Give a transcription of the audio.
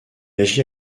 agit